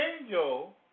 angel